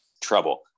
trouble